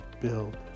build